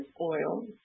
oil